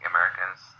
Americans